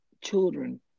children